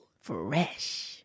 Fresh